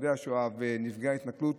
שרידי השואה ונפגעי ההתנכלות,